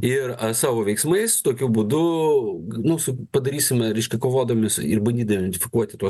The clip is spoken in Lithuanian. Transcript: ir savo veiksmais tokiu būdu nu su padarysime reiškia kovodami ir bandydami idetifikuoti tuos